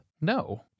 no